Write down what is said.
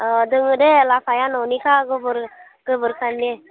अ दङ दे लाफाया न'निखा गोबोर गोबोर खारनि